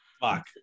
Fuck